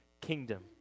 kingdom